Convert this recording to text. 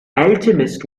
alchemist